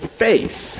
face